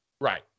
Right